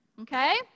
Okay